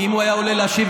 כי אם הוא היה עולה להשיב,